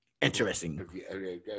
interesting